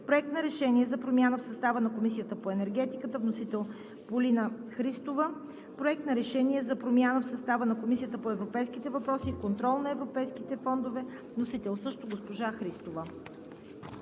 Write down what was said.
Проект на решение за промяна в състава на Комисията по енергетика. Вносител – Полина Цанкова-Христова. Проект на решение за промяна в състава на Комисията по европейските въпроси и контрол на европейските фондове. Вносител – също госпожа Полина